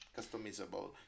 customizable